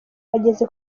bageze